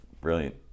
brilliant